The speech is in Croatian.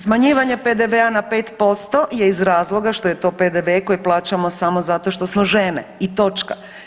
Smanjivanje PDV-a na 5% je iz razloga što je to PDV koji plaćamo samo zato što smo žene i točka.